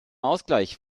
ausgleich